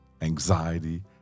anxiety